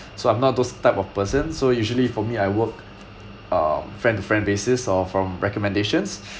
so I'm not those type of person so usually for me I work um friend to friend basis or from recommendations